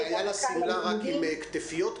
הייתה לה שמלה עם כתפיות?